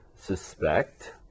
suspect